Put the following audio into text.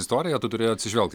istoriją tu turi atsižvelgti